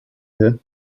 here